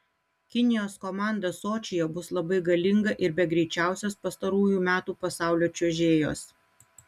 kinijos komanda sočyje bus labai galinga ir be greičiausios pastarųjų metų pasaulio čiuožėjos